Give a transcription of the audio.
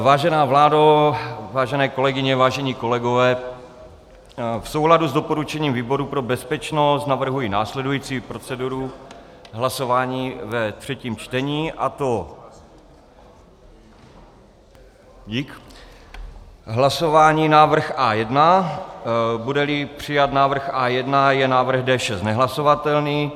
Vážená vládo, vážené kolegyně, vážení kolegové, v souladu s doporučením výboru pro bezpečnost navrhuji následující proceduru hlasování ve třetím čtení, a to hlasování o návrhu A1, budeli přijat návrh A1, je návrh D6 nehlasovatelný.